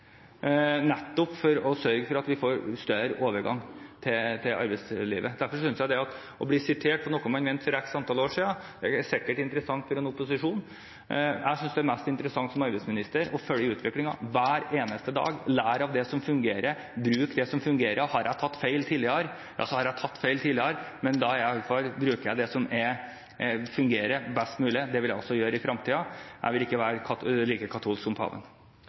nettopp for å sørge for at vi får større overgang til arbeidslivet. Det å bli sitert på noe man mente for x antall år siden, er sikkert interessant for en opposisjon. Jeg synes det er mest interessant som arbeidsminister å følge utviklingen hver eneste dag, lære av det som fungerer, og bruke det som fungerer. Har jeg tatt feil tidligere, ja, så har jeg tatt feil tidligere, men da bruker jeg iallfall det som fungerer best mulig, og det vil jeg også gjøre i fremtiden. Jeg vil ikke være like